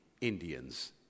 Indians